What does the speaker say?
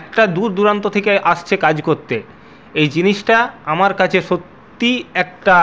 একটা দূরদূরান্ত থেকে আসছে কাজ করতে এই জিনিসটা আমার কাছে সত্যি একটা